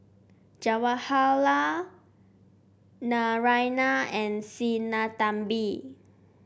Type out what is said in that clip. Jawaharlal Naraina and Sinnathamby